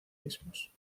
mismos